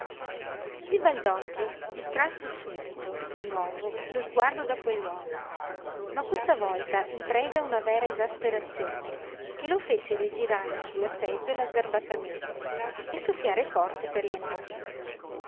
mento il valdoggi distrasse subito di nuovo lo sguardo da quell'uomo ma questa volta in preda a una vera esasperazione che lo fece rigirar su la seggiola sgarbatamente e soffiar forte per le nari